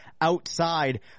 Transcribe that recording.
outside